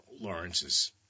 Lawrence's